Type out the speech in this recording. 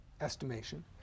estimation